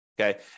okay